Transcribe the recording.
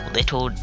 Little